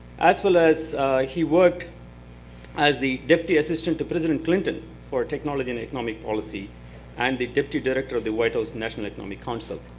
as well as he worked as the deputy assistant to president clinton for technology and economic policy and the deputy director of the white house national economic council.